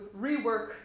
rework